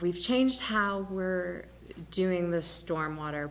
we've changed how we are doing the stormwater